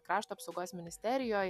krašto apsaugos ministerijoj